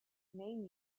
main